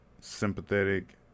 sympathetic